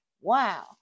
wow